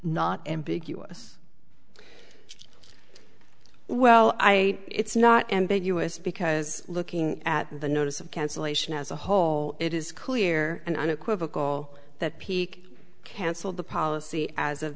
not ambiguous well i it's not ambiguous because looking at the notice of cancellation as a whole it is clear and unequivocal that peak canceled the policy as of